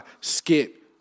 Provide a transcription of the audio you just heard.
skip